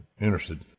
interested